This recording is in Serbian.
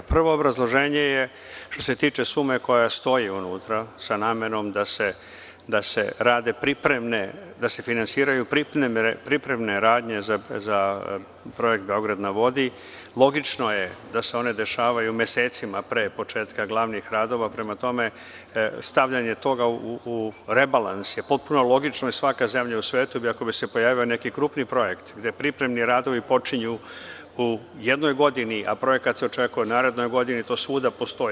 Prvo obrazloženje je što se tiče sume koja stoji unutra sa namenom da se rade pripremne, da se finansiraju pripremne radnje za Projekat Beograd na vodi, logično je da se one dešavaju mesecima pre početka glavnih radova, prema tome, stavljanje toga u rebalans je potpuno logično i svaka zemlja u svetu, ili ako bi se pojavio neki krupniji projekt gde pripremni radovi počinju u jednoj godini, a projekat se očekuje u narednoj godini, to svuda postoji.